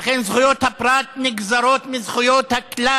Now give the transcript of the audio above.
ולכן זכויות הפרט נגזרות מזכויות הכלל